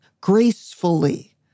gracefully